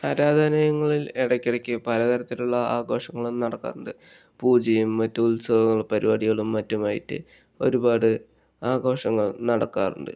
അനാഥാലയങ്ങളിൽ ഇടക്ക് ഇടക്ക് പല തരത്തിലുള്ള ആഘോഷങ്ങളും നടക്കാറുണ്ട് പൂജയും മറ്റു ഉത്സവവും പരിപാടികളും മറ്റുമായിട്ട് ഒരുപാട് ആഘോഷങ്ങൾ നടക്കാറുണ്ട്